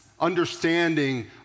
understanding